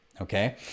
Okay